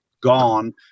gone